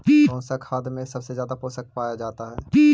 कौन सा खाद मे सबसे ज्यादा पोषण पाया जाता है?